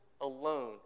alone